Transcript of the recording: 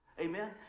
Amen